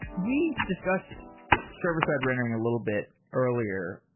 we discussed server-side rendering a little bit earlier.